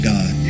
God